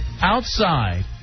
Outside